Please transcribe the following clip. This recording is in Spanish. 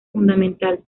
fundamental